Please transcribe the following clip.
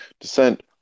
descent